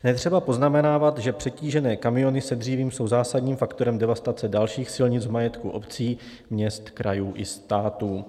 Netřeba poznamenávat, že přetížené kamiony s dřívím jsou zásadním faktorem devastace dalších silnic v majetku obcí, měst, krajů i státu.